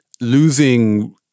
losing